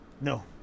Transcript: No